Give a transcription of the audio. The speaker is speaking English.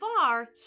far